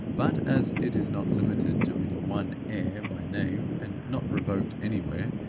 but, as it is not limited to any one heir by name, and not revoked anywhere,